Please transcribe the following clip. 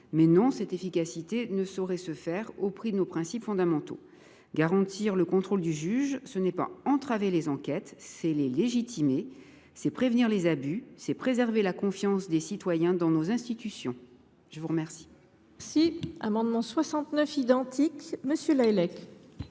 mais, non, cette efficacité ne saurait se faire au prix de nos principes fondamentaux. Garantir le contrôle du juge, ce n’est pas entraver les enquêtes, c’est les légitimer, c’est prévenir les abus, c’est préserver la confiance des citoyens en nos institutions. La parole est à M. Gérard Lahellec,